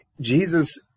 Jesus